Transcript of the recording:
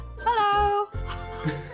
Hello